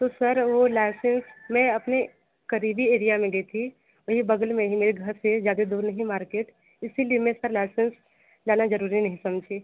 तो सर वो लाइसेंस मैं अपने क़रीबी एरिया में गई थी वही बग़ल में ही मेरे घर से ज़्यादा दूर नहीं मार्केट इसी लिए मैं सर लाइसेंस लाना ज़रूरी नहीं समझी